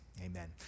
Amen